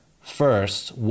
first